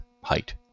height